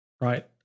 right